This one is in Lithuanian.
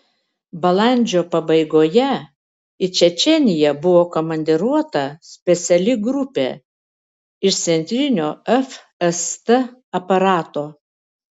balandžio pabaigoje į čečėniją buvo komandiruota speciali grupė iš centrinio fst aparato